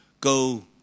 Go